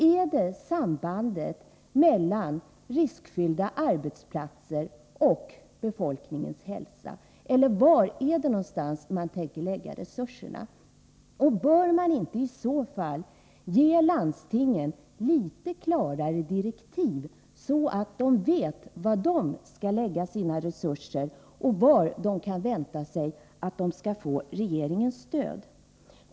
Är det sambandet mellan riskfyllda arbetsplatser och befolkningens hälsa, eller var någonstans är det man tänker lägga resurserna? Bör man inte i så fall ge landstingen litet klarare direktiv, så att de vet var de skall lägga sina resurser och var de kan vänta sig att få regeringens stöd?